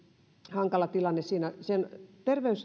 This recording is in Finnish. hankala tilanne on terveys edellä